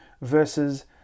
versus